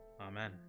Amen